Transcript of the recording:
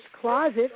Closet